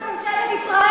שר בממשלת ישראל,